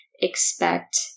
expect